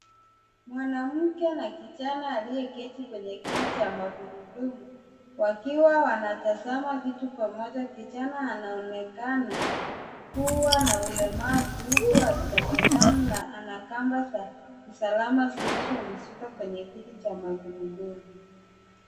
Mwanamke na kijana aliyeketi kwenye kiti cha magurudumu wakiwa wanatazama kitu pamoja. Kijana anaonekana kuwa na ulemavu huku akitabasamu na ana kamba za usalama zilizomshika kwenye kiti cha magurudumu.